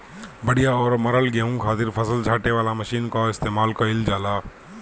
बढ़िया और मरल गेंहू खातिर फसल छांटे वाला मशीन कअ इस्तेमाल कइल जाला